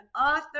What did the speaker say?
author